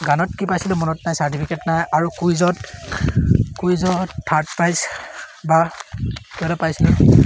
গানত কি পাইছিলোঁ মনত নাই চাৰ্টিফিকেট নাই আৰু কুইজত কুইজত থাৰ্ড প্ৰাইজ বা কিবা এটা পাইছিলোঁ